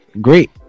great